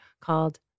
called